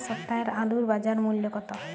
এ সপ্তাহের আলুর বাজার মূল্য কত?